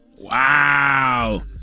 Wow